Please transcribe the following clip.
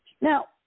Now